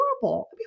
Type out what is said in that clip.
horrible